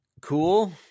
cool